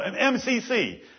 MCC